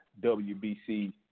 WBC